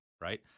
right